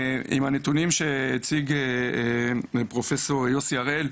עם הנתונים שהציג פרופסור יוסי הראל,